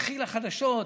מתחילות החדשות: